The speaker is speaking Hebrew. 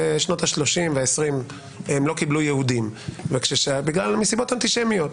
בשנות ה-30 וה-20 הם לא קיבלו יהודים מסיבות אנטישמיות.